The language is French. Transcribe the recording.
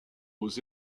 aux